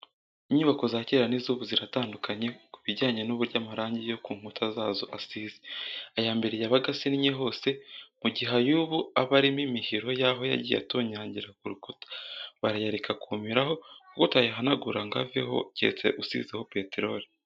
Inyubako za kera n'iz'ubu ziratandukanye, ku bijyanye n'uburyo amarangi yo ku nkuta zazo asize, aya mbere yabaga asennye hose, mu gihe ay'ubu aba arimo imihiro y'aho yagiye atonyangira ku rukuta, barayareka akumiraho kuko utayahanagura ngo aveho, keretse usizeho peteroli.